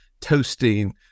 toasting